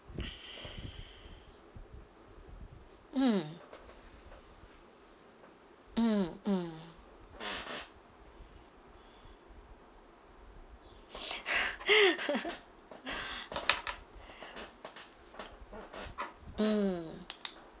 mm mm mm mm